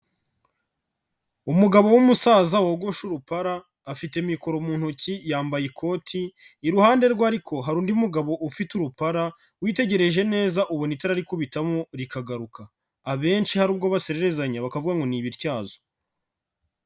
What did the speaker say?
Umugabo w'umusaza wogoshe urupara afite mikoro mu ntoki, yambaye ikoti, iruhande rwe ariko hari undi mugabo ufite urupara witegereje neza ubona itara rikubitamo rikagaruka, abenshi hari ubwo basererezanya bakavuga ngo n'ibityazo.